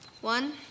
One